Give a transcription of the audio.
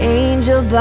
angel